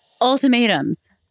Ultimatums